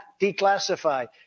declassify